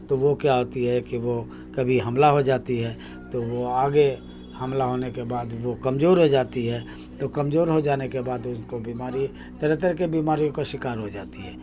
تو وہ کیا ہوتی ہے کہ وہ کبھی حاملہ ہو جاتی ہے تو وہ آگے حاملہ ہونے کے بعد وہ کمزور ہو جاتی ہے تو کمزور ہو جانے کے بعد اس کو بیماری طرح طرح کے بیماریوں کا شکار ہو جاتی ہے